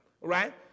right